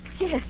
yes